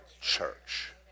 church